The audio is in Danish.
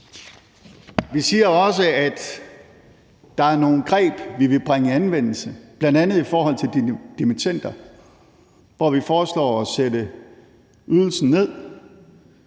Vi siger også, at der er nogle greb, vi vil bringe i anvendelse, bl.a. i forhold til dimittender, hvor vi foreslår at sætte ydelsen ned